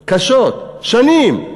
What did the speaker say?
שנים,